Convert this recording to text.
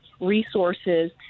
resources